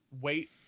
wait